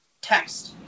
text